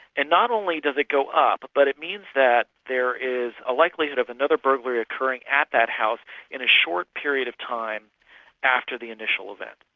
and not only does it go up, but it means that there is a likelihood of another burglary occurring at that house in a short period of time after the initial event.